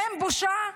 אין בושה?